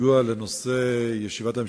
של השוטרים בבקעה: הייתי מבקש להפסיק את המרדף